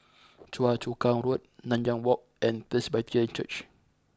Choa Chu Kang Road Nanyang Walk and Presbyterian Church